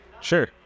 sure